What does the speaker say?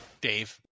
Dave